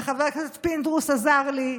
וחבר הכנסת פינדרוס עזר לי,